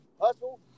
hustle